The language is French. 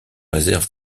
réserve